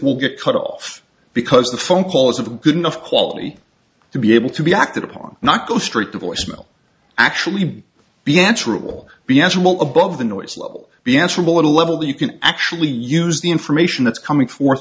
will get cut off because the phone call isn't good enough quality to be able to be acted upon not go straight to voice mail actually be answerable be answerable above the noise level be answerable at a level that you can actually use the information that's coming for